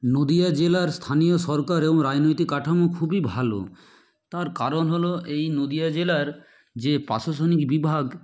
নদিয়া জেলার স্থানীয় সরকার এবং রাজনৈতিক কাঠামো খুবই ভালো তার কারণ হলো এই নদিয়া জেলার যে প্রশাসনিক বিভাগ